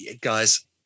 guys